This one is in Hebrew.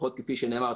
לפחות כפי שנאמר,